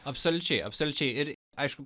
absoliučiai absoliučiai ir aišku